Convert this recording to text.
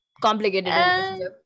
complicated